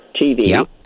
TV